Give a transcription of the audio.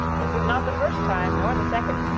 this is not the first time, nor the second,